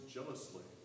Jealously